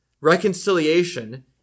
reconciliation